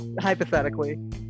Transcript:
Hypothetically